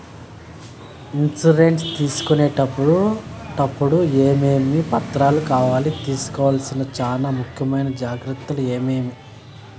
Insurance తీసుకునేటప్పుడు టప్పుడు ఏమేమి పత్రాలు కావాలి? తీసుకోవాల్సిన చానా ముఖ్యమైన జాగ్రత్తలు ఏమేమి?